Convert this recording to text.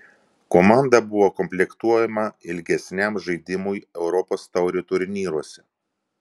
komanda buvo komplektuojama ilgesniam žaidimui europos taurių turnyruose